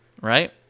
right